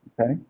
Okay